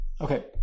Okay